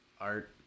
art